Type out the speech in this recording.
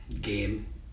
game